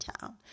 town